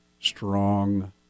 strong